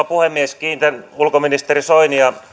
puhemies kiitän ulkoministeri soinia